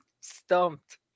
stumped